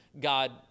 God